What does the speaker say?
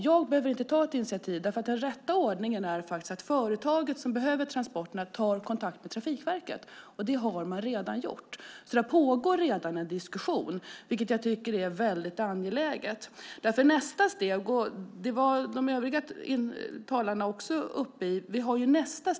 Jag behöver inte ta ett initiativ eftersom den rätta ordningen är att företaget som behöver transporterna tar kontakt med Trafikverket, och det har man gjort. Det pågår alltså redan en diskussion, vilket jag tycker är mycket angeläget. Precis som det sades har vi också nästa steg att tänka på.